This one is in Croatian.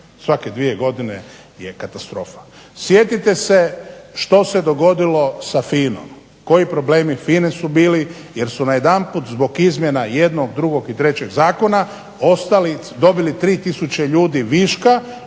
svake dvije godine je katastrofa. Sjetite se što se dogodilo sa FINA-om, koji problemi FINA-e su bili jer su najedanput zbog izmjena jednog, drugog i trećeg zakona ostali, dobili 3 tisuće ljudi viška